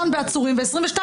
בעצורים.